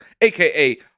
aka